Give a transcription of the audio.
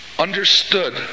Understood